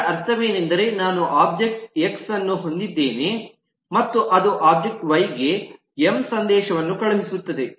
ಇದರ ಅರ್ಥವೇನೆಂದರೆ ನಾನು ಒಬ್ಜೆಕ್ಟ್ ಎಕ್ಸ್ ಅನ್ನು ಹೊಂದಿದ್ದೇನೆ ಮತ್ತು ಅದು ಒಬ್ಜೆಕ್ಟ್ ವೈ ಗೆ ಎಂ ಸಂದೇಶವನ್ನು ಕಳುಹಿಸುತ್ತದೆ